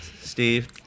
Steve